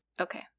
Okay